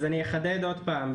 אחדד עוד פעם,